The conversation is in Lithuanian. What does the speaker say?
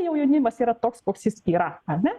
jau jaunimas yra toks koks jis yra ar ne